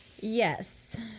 yes